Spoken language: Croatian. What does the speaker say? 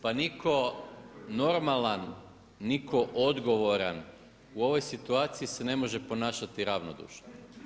Pa nitko normalan, nitko odgovoran u ovoj situaciji se ne može ponašati ravnodušno.